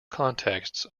contexts